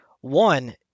one